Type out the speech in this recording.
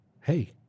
Hey